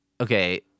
okay